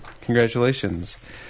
Congratulations